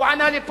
הוא ענה לי: